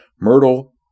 Myrtle